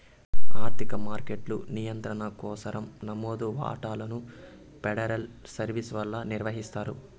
ఆర్థిక మార్కెట్ల నియంత్రణ కోసరం నమోదు వాటాలను ఫెడరల్ సర్వీస్ వల్ల నిర్వహిస్తారు